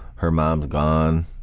her mom's gone,